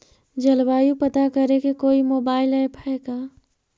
जलवायु पता करे के कोइ मोबाईल ऐप है का?